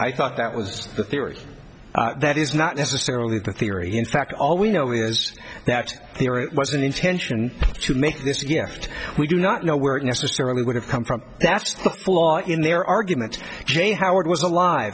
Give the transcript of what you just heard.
i thought that was the theory that is not necessarily the theory in fact all we know is that there was an intention to make this gift we do not know where it necessarily would have come from that's the flaw in their argument jane howard was alive